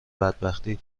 بدبختی